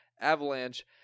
avalanche